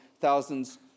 thousands